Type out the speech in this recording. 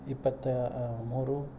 ಇಪ್ಪತ್ತ ಮೂರು